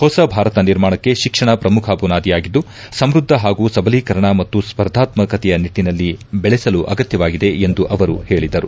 ಹೊಸ ಭಾರತ ನಿರ್ಮಾಣಕ್ಕೆ ಶಿಕ್ಷಣ ಪ್ರಮುಖ ಬುನಾದಿಯಾಗಿದ್ದು ಸಮೃದ್ದ ಹಾಗೂ ಸಬಲೀಕರಣ ಮತ್ತು ಸ್ಪರ್ಧಾತ್ಮಕತೆಯ ನಿಟ್ಟಿನಲ್ಲಿ ಬೆಳೆಸಲು ಅಗತ್ಯವಾಗಿದೆ ಎಂದು ಅವರು ಹೇಳಿದರು